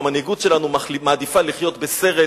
המנהיגות שלנו מעדיפה לחיות בסרט,